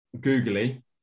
googly